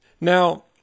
Now